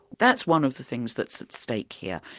that's one of the things that's at stake here,